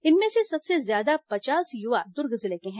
इनमें से सबसे ज्यादा पचास युवा दुर्ग जिले के हैं